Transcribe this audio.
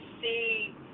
see